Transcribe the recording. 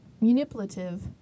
manipulative